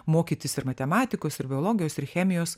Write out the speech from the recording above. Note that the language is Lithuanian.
mokytis ir matematikos ir biologijos ir chemijos